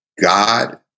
God